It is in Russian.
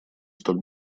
столь